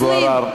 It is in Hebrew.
מה זה,